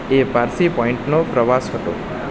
એ પારસી પોઈન્ટનો પ્રવાસ હતો